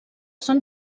són